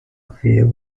affair